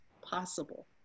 possible